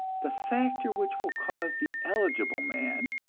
the factor which will cause the eligible man,